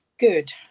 Good